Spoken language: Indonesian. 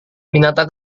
binatang